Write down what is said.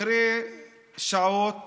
אחרי שעות